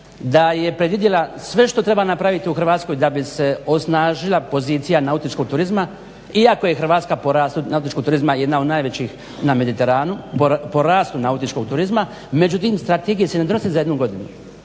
da je predvidjela sve što treba napraviti u Hrvatskoj da bi se osnažila pozicija nautičkog turizma iako je po rastu nautičkog turizma jedan od najvećih na Mediteranu, po rastu nautičkog turizma. Međutim strategije se ne donese za jednu godinu,